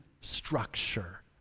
structure